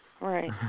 Right